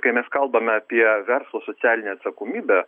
kai mes kalbame apie verslo socialinę atsakomybę